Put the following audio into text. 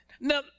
Now